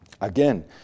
Again